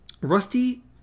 Rusty